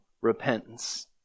repentance